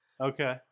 Okay